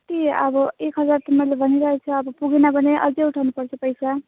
कि अब एक हजार त मैले भनिरहेको छु अब पुगेन भने अझै उठाउनु पर्छ पैसा